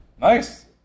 Nice